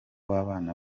w’abana